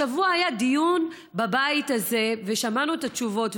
השבוע היה דיון בבית הזה, ושמענו את התשובות.